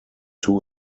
two